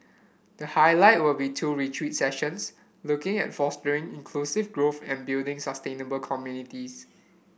the highlight will be two retreat sessions looking at fostering inclusive growth and building sustainable communities